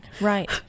right